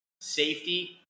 safety